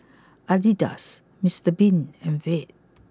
Adidas Mister Bean and Veet